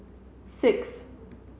six